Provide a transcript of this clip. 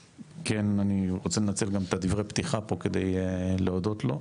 אני רוצה לנצל את דברי הפתיחה פה כדי להודות לו.